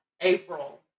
April